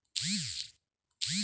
आता माझी शिल्लक रक्कम किती आहे?